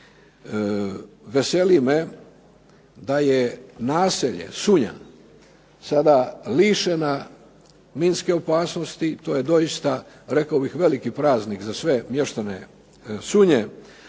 veseli me da je naselje Sunja sada lišena minske opasnosti, to je doista rekao bih veliki praznik za sve mještane Sunje,